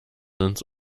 ins